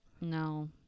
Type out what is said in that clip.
No